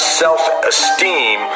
self-esteem